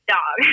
dog